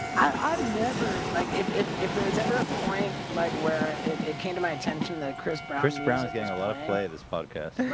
i've never like liked if if there's ever a point like where it came to my attention the crisper chris brown's getting a lot of play this podcast,